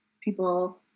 people